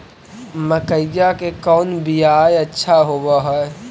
मकईया के कौन बियाह अच्छा होव है?